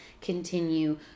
continue